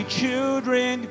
children